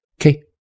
Okay